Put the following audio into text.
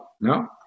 No